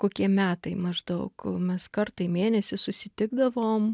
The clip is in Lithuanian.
kokie metai maždaug mes kartą į mėnesį susitikdavom